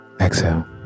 Exhale